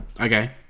Okay